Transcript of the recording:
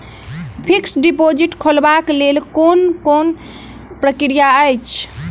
Fixed deposit खोलबाक लेल केँ कुन प्रक्रिया अछि?